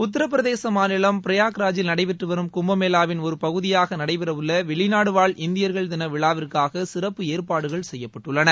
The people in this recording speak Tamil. உத்தரபிரதேச மாநிலம் பிரயாக்ராஜியில் நடைபெற்று வரும் கும்பமேளாவின் ஒரு பகுதியாக நடைபெறவுள்ள வெளிநாடுவாழ் இந்தியர்கள் தின விழாவிற்காக சிறப்பு ஏற்பாடுகள் செய்யப்பட்டுள்ளன